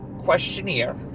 questionnaire